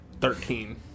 Thirteen